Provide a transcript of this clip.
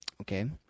Okay